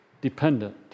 dependent